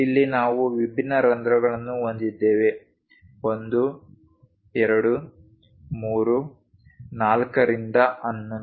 ಇಲ್ಲಿ ನಾವು ವಿಭಿನ್ನ ರಂಧ್ರಗಳನ್ನು ಹೊಂದಿದ್ದೇವೆ 1 2 3 4 ರಿಂದ 11